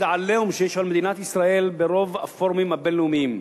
ה"עליהום" שיש על מדינת ישראל ברוב הפורומים הבין-לאומיים,